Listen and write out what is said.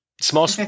Small